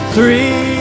Three